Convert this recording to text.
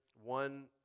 one